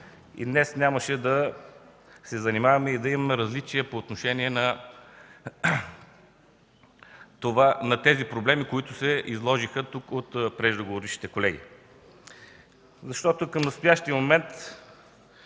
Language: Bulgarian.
и днес нямаше да се занимаваме и да имаме различия по отношение на тези проблеми, които се изложиха от преждеговорившите колеги. Какво се получава към настоящия момент?